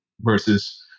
versus